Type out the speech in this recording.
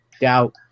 doubt –